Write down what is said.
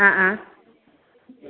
ആ ആ